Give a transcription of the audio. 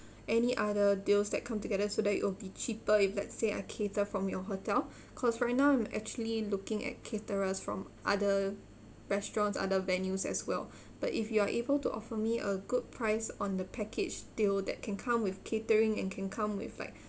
any other deals that come together so that it will be cheaper if let's say I cater from your hotel because right now I'm actually looking at caterers from other restaurants other venues as well but if you are able to offer me a good price on the package deal that can come with catering and can come with like